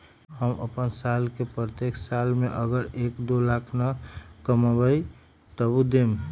हम अपन साल के प्रत्येक साल मे अगर एक, दो लाख न कमाये तवु देम?